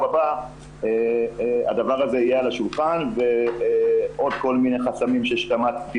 הבא הדבר הזה יהיה על השולחן ועוד כל מיני חסמים ייפתרו.